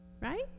Right